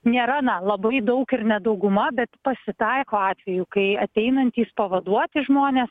nėra na labai daug ir ne dauguma bet pasitaiko atvejų kai ateinantys pavaduoti žmonės